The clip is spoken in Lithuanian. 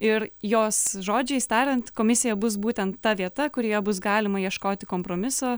ir jos žodžiais tariant komisija bus būtent ta vieta kurioje bus galima ieškoti kompromiso